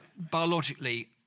biologically